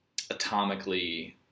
atomically